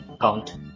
count